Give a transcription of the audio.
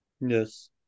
Yes